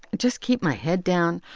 and just keep my head down.